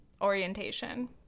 orientation